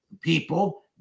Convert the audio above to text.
people